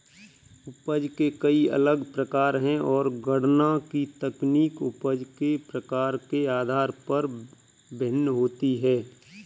उपज के कई अलग प्रकार है, और गणना की तकनीक उपज के प्रकार के आधार पर भिन्न होती है